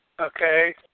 Okay